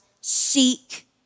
seek